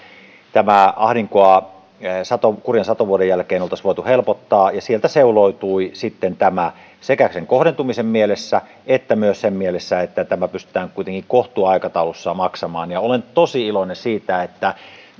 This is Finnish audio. tätä ahdinkoa kurjan satovuoden jälkeen oltaisi voitu helpottaa ja sieltä seuloutui sitten tämä sekä kohdentumisen mielessä että myös siinä mielessä että tämä pystytään kuitenkin kohtuuaikataulussa maksamaan ja olen tosi iloinen siitä että